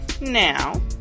Now